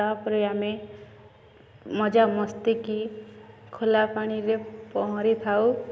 ତା'ପରେ ଆମେ ମଜା ମସ୍ତିକି ଖୋଲା ପାଣିରେ ପହଁରିଥାଉ